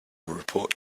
report